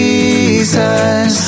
Jesus